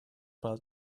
pel